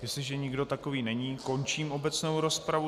Jestliže nikdo takový není, končím obecnou rozpravu.